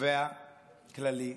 תובע כללי,